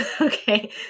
Okay